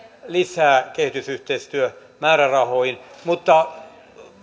lisää kehitysyhteistyömäärärahoihin mutta